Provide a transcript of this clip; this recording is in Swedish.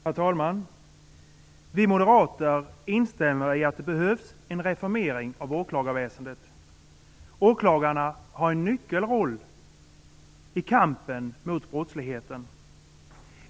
Herr talman! Vi moderater instämmer i att det behövs en reformering av åklagarväsendet. Åklagarna har en nyckelroll i kampen mot brottsligheten.